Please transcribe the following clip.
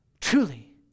truly